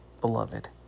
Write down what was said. beloved